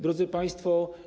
Drodzy Państwo!